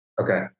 Okay